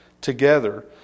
together